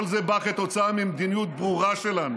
כל זה בא כתוצאה ממדיניות ברורה שלנו,